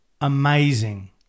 amazing